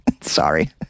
sorry